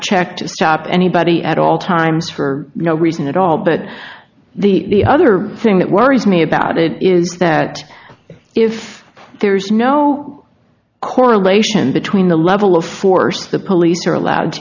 check to stop anybody at all times for no reason at all but the other thing that worries me about it is that if there is no correlation between the level of force the police are allowed to